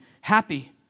happy